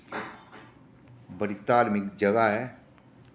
बड़ी धार्मिक जगह ऐ